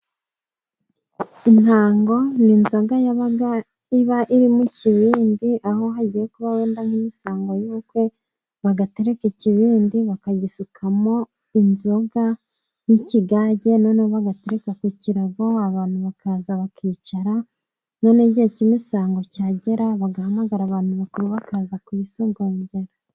Intango n'inzoga yabaga iba irimo kibindi, aho hagiye kuba wenda nk'imisango y'ubukwe, bagatereka ikibindi bakagisukamo inzoga n'ikigage noneho bagatereka ku kirago abantu bakaza bakicara none igihe kimwe misango cyagera, bagahamagara abantu bakuru bakaza gusogongera.